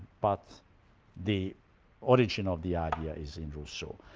but the origin of the idea is in rousseau.